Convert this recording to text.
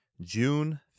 June